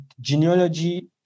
genealogy